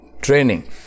training